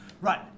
Right